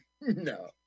No